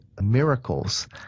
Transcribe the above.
miracles